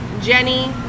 Jenny